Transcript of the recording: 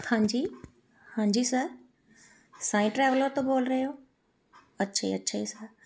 ਹਾਂਜੀ ਹਾਂਜੀ sir Sai traveller ਤੋਂ ਬੋਲ ਰਹੇ ਹੋ ਅੱਛੇ ਅੱਛੇ ਸਰ